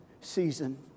season